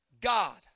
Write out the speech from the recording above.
God